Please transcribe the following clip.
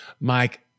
Mike